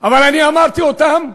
אבל אני אמרתי אותם,